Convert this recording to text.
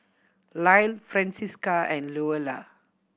Lyle Francisca and Louella